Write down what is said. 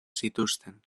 zituzten